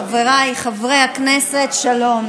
ברשות חבריי, יושב-ראש הוועדה חבר הכנסת אופיר כץ,